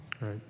Right